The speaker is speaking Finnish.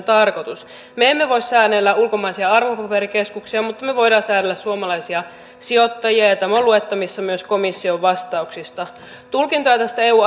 tarkoitus me emme voi säännellä ulkomaisia arvopaperikeskuksia mutta me voimme säännellä suomalaisia sijoittajia tämä on luettavissa myös komission vastauksista tulkintoja tästä eu